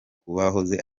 kubohoza